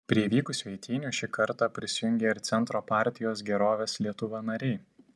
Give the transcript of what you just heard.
prie vykusių eitynių šį kartą prisijungė ir centro partijos gerovės lietuva nariai